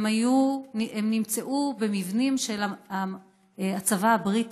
והם נמצאו במבנים של הצבא הבריטי.